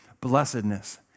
blessedness